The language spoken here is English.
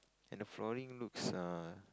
and the flooring looks err